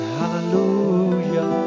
Hallelujah